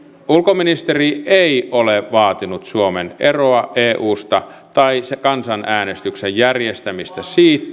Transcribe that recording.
ulkoministeri ei ole vaatinut suomen eroa eusta tai kansanäänestyksen järjestämistä siitä